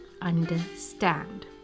understand